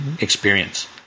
experience